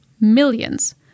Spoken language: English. millions